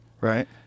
right